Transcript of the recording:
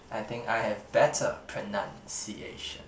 I think I have better pronunciation